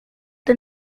the